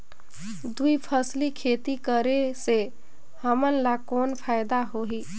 दुई फसली खेती करे से हमन ला कौन फायदा होही?